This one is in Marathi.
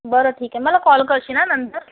बरं ठीक आहे मला कॉल करशील हां नंतर